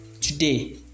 today